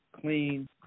Clean